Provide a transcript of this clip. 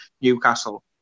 Newcastle